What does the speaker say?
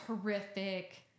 horrific